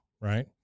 right